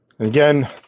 Again